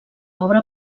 obra